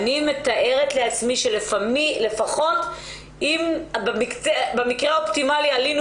אני מתארת לעצמי שלפחות במקרה האופטימלי עלינו